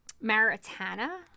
Maritana